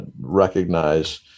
recognize